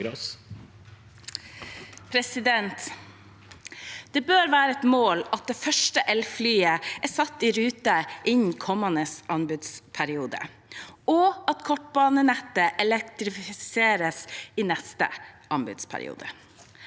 Det bør være et mål at det første elflyet er satt i rute innen kommende anbudsperiode, og at kortbanenettet elektrifiseres i neste anbudsperiode.